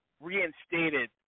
reinstated